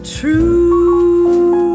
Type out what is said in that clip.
true